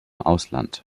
ausland